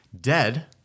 dead